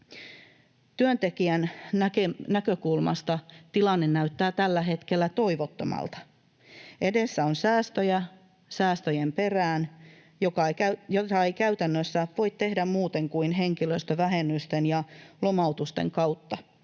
Työntekijän näkökulmasta tilanne näyttää tällä hetkellä toivottomalta. Edessä on säästöjä säästöjen perään, ja niitä ei käytännössä voi tehdä muuten kuin henkilöstövähennysten ja lomautusten kautta,